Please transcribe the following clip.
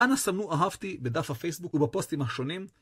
אנא סמנו אהבתי בדף הפייסבוק ובפוסטים השונים.